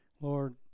Lord